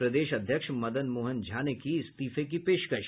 प्रदेश अध्यक्ष मदन मोहन झा ने की इस्तीफे की पेशकश